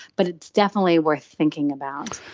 but it's definitely worth thinking about.